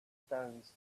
stones